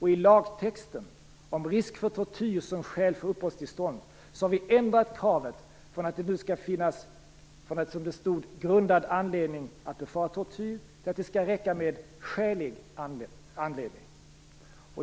I lagtexten om risk för tortyr som skäl för uppehållstillstånd har vi ändrat kravet, att det skall finnas "grundad anledning" att befara tortyr, så att det skall räcka med "skälig anledning".